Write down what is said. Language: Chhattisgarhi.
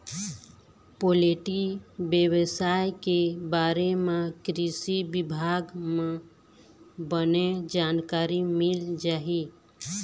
पोल्टी बेवसाय के बारे म कृषि बिभाग म बने जानकारी मिल जाही